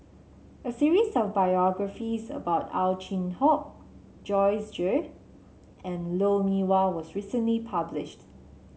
a series of biographies about Ow Chin Hock Joyce Jue and Lou Mee Wah was recently published